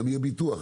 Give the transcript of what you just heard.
יהיה ביטוח.